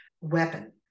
weapon